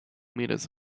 meters